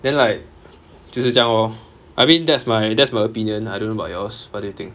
then like 就是这样 lor I mean that's my that's my opinion I don't know about yours what do you think